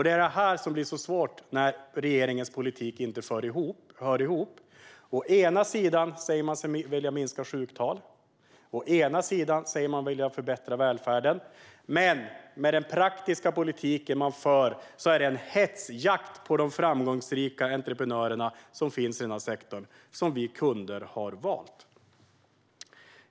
Det är detta som blir så svårt när regeringens politik inte hänger ihop. Man säger sig vilja minska sjuktalen och förbättra välfärden. Men med den praktiska politik man för är det en hetsjakt på de framgångsrika entreprenörer som finns i denna sektor och som vi kunder har valt.